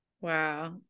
wow